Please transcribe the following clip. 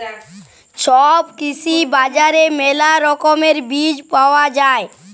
ছব কৃষি বাজারে মেলা রকমের বীজ পায়া যাই